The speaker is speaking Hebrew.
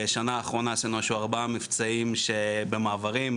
בשנה האחרונה עשינו ארבעה מבצעים במעברים,